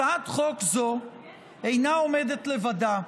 הצעת חוק זו אינה עומדת לבדה.